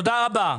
תודה רבה.